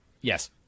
Yes